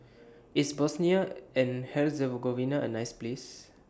IS Bosnia and Herzegovina A nice Place